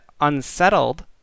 Unsettled